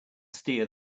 steer